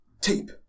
Tape